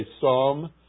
psalm